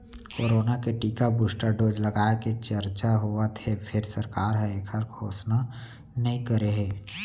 corona के टीका के बूस्टर डोज लगाए के चरचा होवत हे फेर सरकार ह एखर घोसना नइ करे हे